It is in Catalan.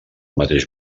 mateix